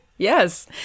Yes